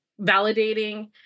validating